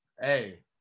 Hey